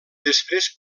després